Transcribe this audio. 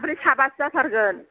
साब्रै साबासे जाथारगोन